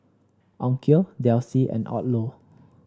Onkyo Delsey and Odlo